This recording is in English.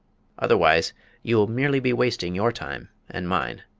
otherwise you will merely be wasting your time and mine.